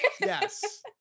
Yes